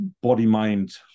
body-mind